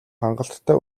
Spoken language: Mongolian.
хангалттай